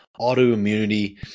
autoimmunity